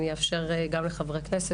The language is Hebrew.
אני אאפשר גם לחברי כנסת,